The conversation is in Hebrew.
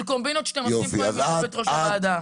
קומבינות שאתם עושים פה עם יושבת ראש הוועדה.